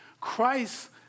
Christ